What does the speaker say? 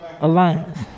Alliance